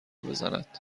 بزند